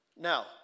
Now